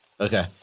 Okay